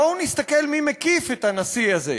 בואו נסתכל מי מקיף את הנשיא הזה.